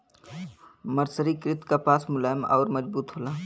मर्सरीकृत कपास मुलायम आउर मजबूत होला